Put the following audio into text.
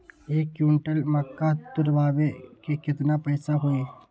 एक क्विंटल मक्का तुरावे के केतना पैसा होई?